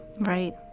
Right